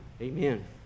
Amen